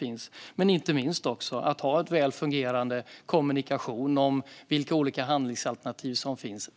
Vi ska också ha en väl fungerande kommunikation om vilka olika handlingsalternativ som finns.